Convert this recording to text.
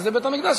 שזה בית-המקדש,